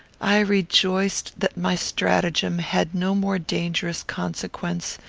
i rejoiced that my stratagem had no more dangerous consequence,